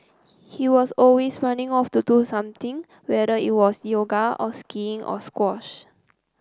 he was always running off to do something whether it was yoga or skiing or squash